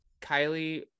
Kylie